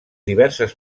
diverses